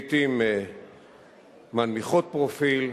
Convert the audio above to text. לעתים מנמיכות פרופיל,